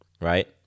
right